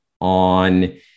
on